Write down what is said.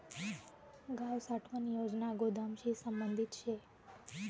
गाव साठवण योजना गोदामशी संबंधित शे